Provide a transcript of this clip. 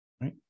right